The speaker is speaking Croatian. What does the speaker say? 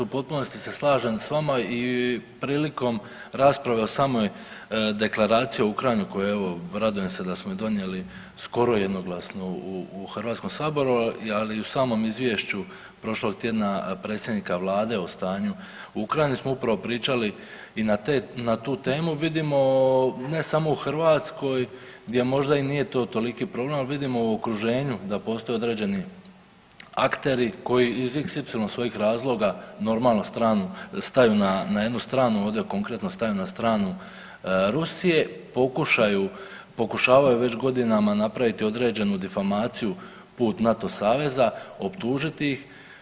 U potpunosti se slažem sa vama i prilikom rasprave o samoj Deklaraciji o Ukrajini o kojoj evo radujem se da smo je donijeli skoro jednoglasno u Hrvatskom saboru, ali u samom izvješću prošlog tjedna predsjednika Vlade o stanju u Ukrajini smo upravo pričali i na tu temu vidimo ne samo u Hrvatskoj gdje možda to i nije toliki problem, ali vidimo u okruženju da postoje određeni akteri koji iz xy svojih razloga, normalno staju na jednu stranu, ovdje konkretno staju na stranu Rusije pokušavaju već godinama napraviti određenu difamaciju put NATO saveza, optužiti ih.